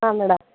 ಹಾಂ ಮೇಡಮ್